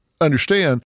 understand